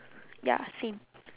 ya same